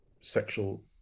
sexual